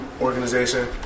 organization